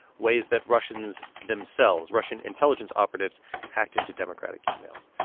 ways that russians themselves russian intelligence operatives hacked into democratic emails.